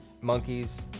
monkeys